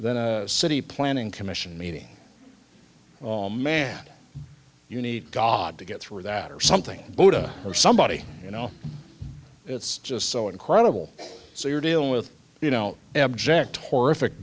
than a city planning commission meeting oh man you need god to get through that or something buddha or somebody you know it's just so incredible so you're dealing with you know abject horrific